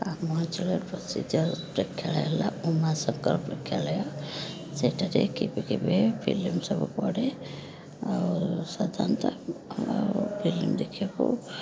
ଆମ ଅଞ୍ଚଳର ପ୍ରସିଦ୍ଧ ପ୍ରେକ୍ଷାଳୟ ହେଲା ଉମାଶଙ୍କର ପ୍ରେକ୍ଷାଳୟ ସେଠାରେ କେବେ କେବେ ଫିଲ୍ମ ସବୁ ପଡ଼େ ଆଉ ସାଧାରଣତଃ ଆମ ଫିଲ୍ମ ଦେଖିବାକୁ